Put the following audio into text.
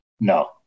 No